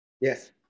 Yes